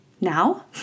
now